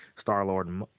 Star-Lord